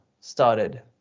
started